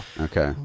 Okay